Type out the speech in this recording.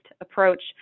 approach